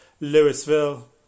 Louisville